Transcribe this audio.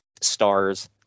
stars